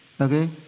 Okay